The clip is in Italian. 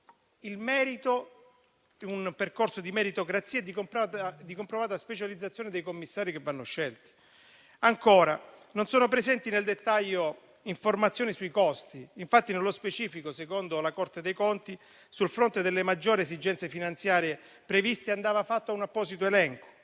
disancorato da un percorso di meritocrazia e di comprovata specializzazione dei commissari che vanno scelti. Non sono presenti nel dettaglio informazioni sui costi. Infatti, nello specifico, secondo la Corte dei conti, sul fronte delle maggiori esigenze finanziarie previste andava fatta un apposito elenco.